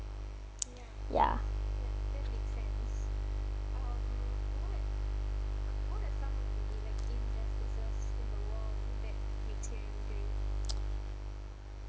ya